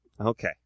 okay